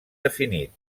definit